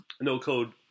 no-code